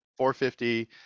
450